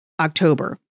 October